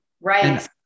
Right